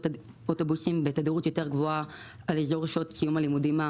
אוטובוסים בתדירות יותר גבוהה בשעות סיום הלימודים,